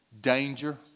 danger